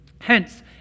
Hence